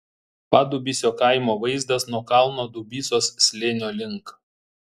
padubysio kaimo vaizdas nuo kalno dubysos slėnio link